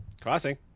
crossing